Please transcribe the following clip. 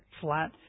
flat